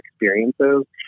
experiences